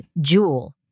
Jewel